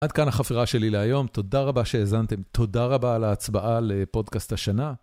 עד כאן החפירה שלי להיום, תודה רבה שהאזנתם, תודה רבה על ההצבעה לפודקאסט השנה.